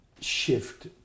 shift